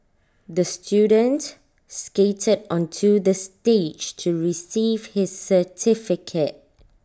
the student skated onto the stage to receive his certificate